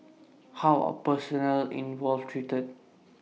how are personnel involved treated